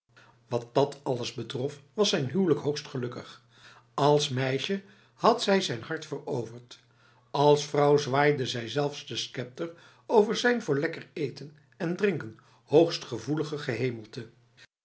wat dat alles betrof was zijn huwelijk hoogst gelukkigals meisje had zij zijn hart veroverd als vrouw zwaaide zij zelfs de scepter over zijn voor lekker eten en drinken hoogst gevoelig gehemelte